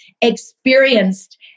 experienced